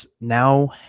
now